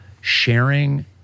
sharing